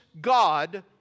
God